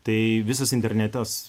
tai visas internetas